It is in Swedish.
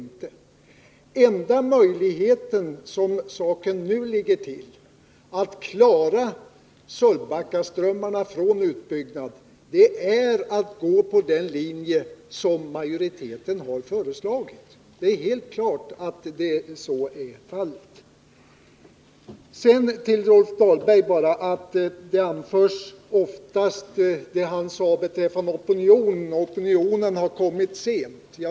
Som saken nu ligger till är den enda möjligheten att klara Sölvbackaströmmarna från utbyggnad att välja den linje som majoriteten har föreslagit. Det är helt klart att så är fallet. Till Rolf Dahlberg vill jag bara säga att det är vanligt att få höra vad han sade, nämligen att opinionen har kommit sent.